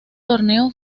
torneo